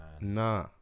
Nah